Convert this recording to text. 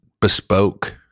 bespoke